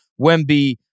Wemby